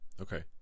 Okay